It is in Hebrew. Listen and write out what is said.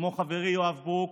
כמו חברי יואב ברוק